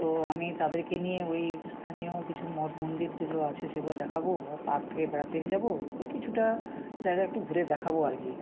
তো আমি তাদেরকে নিয়ে ওই স্থানীয় কিছু মঠ মন্দির যেগুলো আছে সেগুলো দেখাবো বা পার্কে বেড়াতে নিয়ে যাবো এই কিছুটা জায়গা একটু ঘুরে দেখাবো আর কি